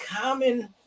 common